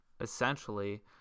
essentially